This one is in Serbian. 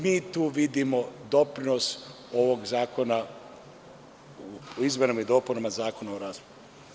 Mi tu vidimo doprinos ovog zakona o izmenama i dopunama Zakona o radu.